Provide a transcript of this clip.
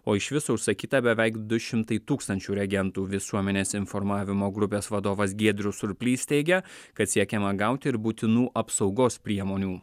o iš viso užsakyta beveik du šimtai tūkstančių reagentų visuomenės informavimo grupės vadovas giedrius surplys teigia kad siekiama gauti ir būtinų apsaugos priemonių